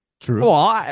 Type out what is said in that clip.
True